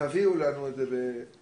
תביאו לנו את זה --- מחר,